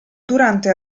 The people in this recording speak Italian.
durante